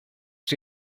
czy